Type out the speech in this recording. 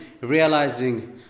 realizing